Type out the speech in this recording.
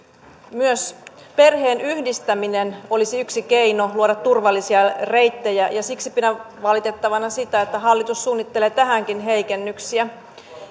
myös perheen yhdistäminen olisi yksi keino luoda turvallisia reittejä ja siksi pidän valitettavana sitä että hallitus suunnittelee tähänkin heikennyksiä